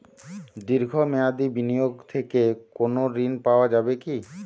দীর্ঘ মেয়াদি বিনিয়োগ থেকে কোনো ঋন পাওয়া যাবে কী?